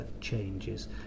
changes